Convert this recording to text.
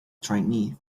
trainee